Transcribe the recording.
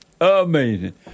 Amazing